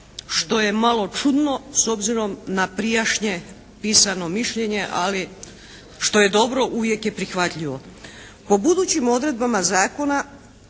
što je malo čudno s obzirom na prijašnje pisano mišljenje, ali što je dobro uvijek je prihvatljivo.